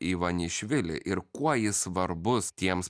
ivanišvilį ir kuo jis svarbus tiems